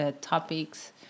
topics